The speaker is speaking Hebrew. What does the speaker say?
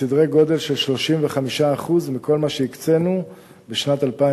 בסדרי גודל של 35% מכל מה שהקצינו בשנת 2012,